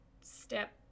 step